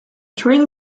train